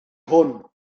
hwn